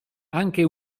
anche